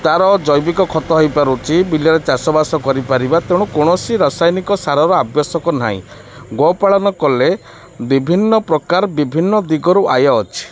ତାର ଜୈବିକ ଖତ ହୋଇପାରୁଛି ବିଲରେ ଚାଷବାସ କରିପାରିବା ତେଣୁ କୌଣସି ରାସାୟନିକ ସାରର ଆବଶ୍ୟକ ନାହିଁ ଗୋପାଳନ କଲେ ବିଭିନ୍ନ ପ୍ରକାର ବିଭିନ୍ନ ଦିଗରୁ ଆୟ ଅଛି